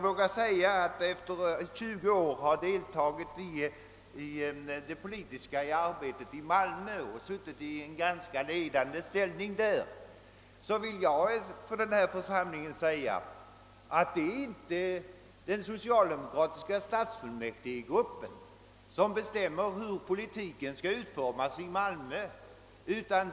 Efter att under 20 år ha deltagit i det politiska arbetet i Malmö, där jag suttit i en ganska ledande ställning, vill jag med dess stadsfullmäktigeförsamling som utgångspunkt säga att det inte är den socialdemokratiska stadsfullmäktigegruppen som själv bestämmer hur politiken i Malmö skall utformas.